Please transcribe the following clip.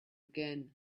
again